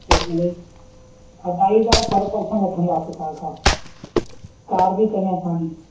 अढाइ हज़ार per person वठंदासीं तव्हां खां कार बि तंहिंमें असांजी